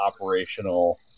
operational